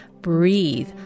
Breathe